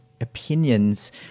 opinions